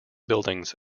buildings